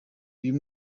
uyu